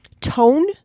tone